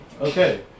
Okay